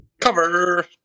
Cover